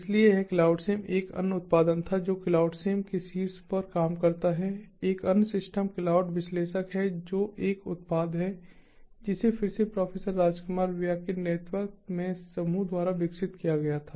इसलिए यह क्लाउडसिम एक अन्य उत्पादन था जो क्लाउडसिम के शीर्ष पर काम करता है एक अन्य सिस्टम क्लाउड विश्लेषक है जो एक उत्पाद है जिसे फिर से प्रोफेसर राजकुमार ब्य्या के नेतृत्व में समूह द्वारा विकसित किया गया था